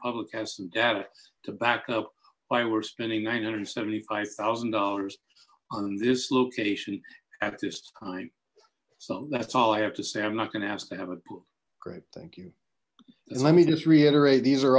public has some data to back up why we're spending nine hundred seventy five thousand dollars on this location at this time so that's all i have to say i'm not gonna ask to have a great thank you let me just reiterate these are